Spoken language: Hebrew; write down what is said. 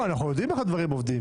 אנחנו יודעים איך הדברים עובדים.